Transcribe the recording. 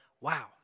Wow